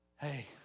hey